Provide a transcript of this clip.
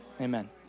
Amen